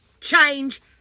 change